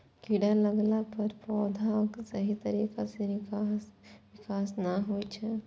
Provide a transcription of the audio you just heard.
कीड़ा लगला पर पौधाक सही तरीका सं विकास नै होइ छै